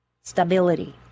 stability